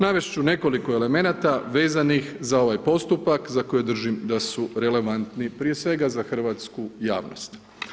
Navest ću nekoliko elemenata vezanih za ovaj postupak za koji držim da su relevantni prije svega za hrvatsku javnost.